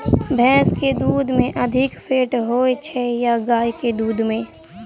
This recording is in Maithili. भैंस केँ दुध मे अधिक फैट होइ छैय या गाय केँ दुध में?